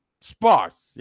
Sparse